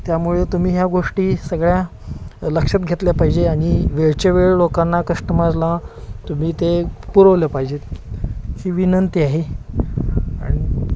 त्यामुळे तुम्ही ह्या गोष्टी सगळ्या लक्षात घेतल्या पाहिजे आणि वेळच्या वेळ लोकांना कस्टमरला तुम्ही ते पुरवलं पाहिजेत ही विनंती आहे आणि